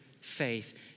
faith